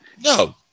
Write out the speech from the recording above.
No